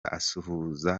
asuhuza